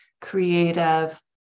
creative